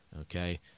okay